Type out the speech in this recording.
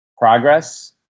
progress